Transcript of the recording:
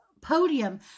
podium